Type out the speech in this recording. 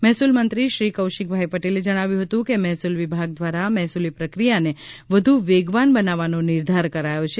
મહેસૂલ મંત્રીશ્રી કૌશિકભાઈ પટેલે જણાવ્યું હતું કે મહેસૂલ વિભાગ દ્વારા મહેસૂલી પ્રક્રિયાને વધુ વેગવાન બનાવવાનો નિર્ધાર કરાયો છે